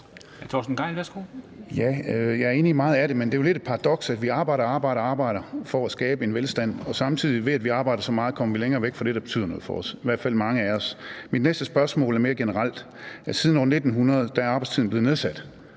jeg er enig i meget af det, men det er jo lidt et paradoks, at vi arbejder og arbejder og arbejder for at skabe en velstand, og at vi, samtidig med at vi arbejder så meget, kommer længere væk fra det, der betyder noget for os – i hvert fald mange af os. Mit næste spørgsmål er mere generelt. Siden år 1900 er arbejdstiden blev nedsat